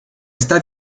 está